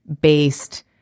based